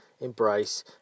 embrace